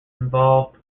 involved